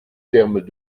termes